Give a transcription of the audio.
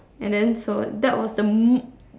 and then so that was the mo~